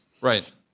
Right